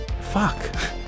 fuck